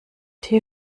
tee